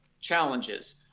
challenges